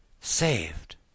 Saved